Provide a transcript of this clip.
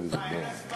מה, אין הצבעה?